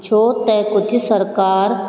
छो त कुझु सरकारि